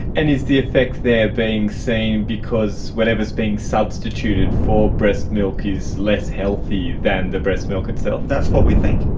and is the effect there being seen because whatever is being substituted for breast milk is less healthy than the breast milk itself? that's what we think.